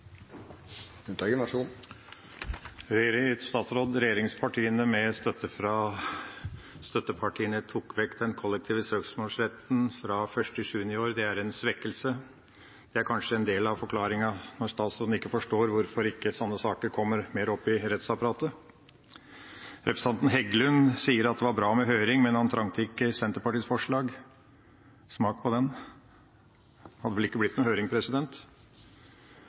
Regjeringspartiene, med støtte fra støttepartiene, tar vekk den kollektive søksmålsretten fra 1. juli i år. Det er en svekkelse. Det er kanskje en del av forklaringa på at statsråden ikke forstår hvorfor sånne saker ikke kommer oftere opp i rettsapparatet. Representanten Heggelund sier at det var bra med høring, men han trengte ikke Senterpartiets forslag. Smak på den. Det hadde vel ikke blitt noen høring.